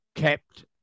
kept